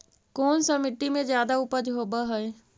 कोन सा मिट्टी मे ज्यादा उपज होबहय?